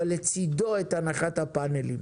אבל לצידו את הנחת הפאנלים.